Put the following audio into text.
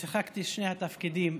ושיחקתי שני התפקידים.